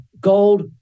gold